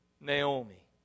Naomi